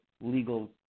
legal